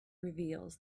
reveals